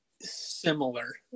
similar